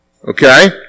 Okay